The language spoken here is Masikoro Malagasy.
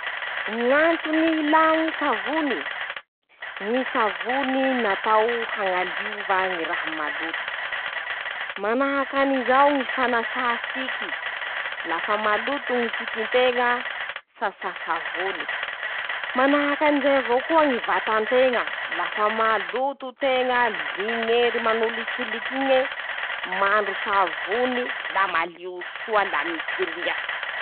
Ñ'antony ñy ilà ñy savony: -<...>ñy savony natao hañaliova ñy raha maloto ;manahaky anizao ñy fanasà siky. lafa maloto ñy sikin-teña. sasà savony ;manahaky anizay avao koa ñy vatan-teña. lafa maloto teña liñery manolitsoliky iñe. mandro savony la malio soa la mipiriaky.